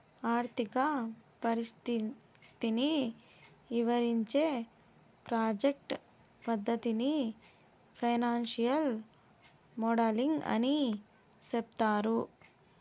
ఆర్థిక పరిస్థితిని ఇవరించే ప్రాజెక్ట్ పద్దతిని ఫైనాన్సియల్ మోడలింగ్ అని సెప్తారు